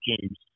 James